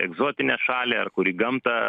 egzotinę šalį ar kur į gamtą